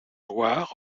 loir